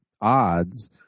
odds